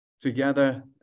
together